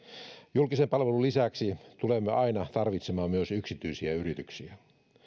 julkisen palvelun lisäksi tulemme aina tarvitsemaan myös yksityisiä yrityksiä